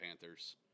Panthers